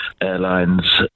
airlines